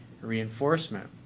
reinforcement